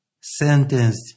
sentenced